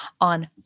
on